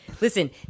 listen